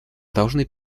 должны